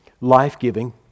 life-giving